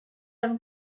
have